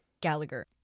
Gallagher